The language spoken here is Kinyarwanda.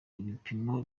ibipimo